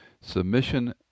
Submission